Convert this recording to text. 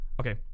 okay